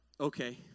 Okay